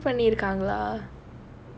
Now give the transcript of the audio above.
oh troll பண்ணிருக்காங்களா:panneerukkaangalaa